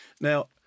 Now